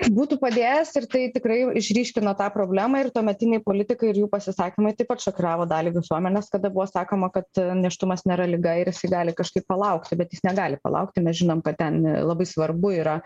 būtų padėjęs ir tai tikrai išryškino tą problemą ir tuometiniai politikai ir jų pasisakymai taip pat šokiravo dalį visuomenės kada buvo sakoma kad nėštumas nėra liga ir jisai gali kažkaip palaukti bet jis negali palaukt ir mes žinom kad ten labai svarbu yra